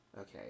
okay